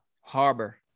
harbor